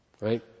right